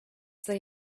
they